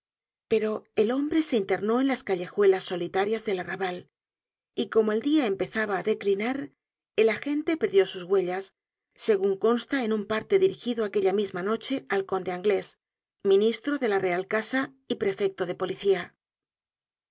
pero el hombre se internó en las callejuelas solitarias del arrabal y como el dia empezaba á declinar el agente perdió sus huellas segun consta de un parte dirigido aquella misma noche al conde anglés ministro de la real casa y prefecto de policia